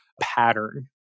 pattern